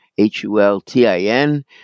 H-U-L-T-I-N